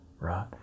right